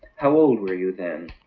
how old were you then?